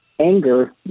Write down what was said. anger